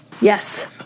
Yes